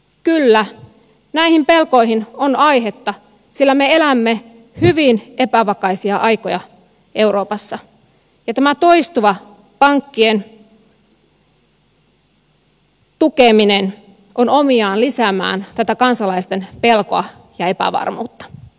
kyllä näihin pelkoihin on aihetta sillä me elämme hyvin epävakaisia aikoja euroopassa ja tämä toistuva pankkien tukeminen on omiaan lisäämään tätä kansalaisten pelkoa ja epävarmuutta